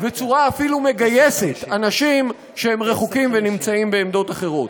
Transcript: ואפילו מגייסת אנשים שהם רחוקים ונמצאים בעמדות אחרות.